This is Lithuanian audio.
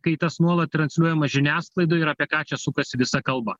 kai tas nuolat transliuojama žiniasklaidoj ir apie ką čia sukasi visa kalba